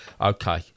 Okay